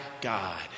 God